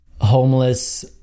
homeless